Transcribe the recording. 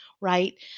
right